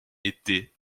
été